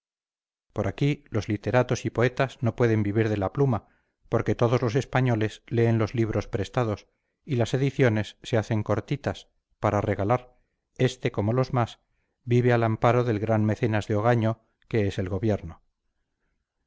como aquí los literatos y poetas no pueden vivir de la pluma porque todos los españoles leen los libros prestados y las ediciones se hacen cortitas para regalar este como los más vive al amparo del gran mecenas de